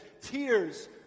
Tears